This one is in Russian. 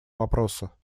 вопроса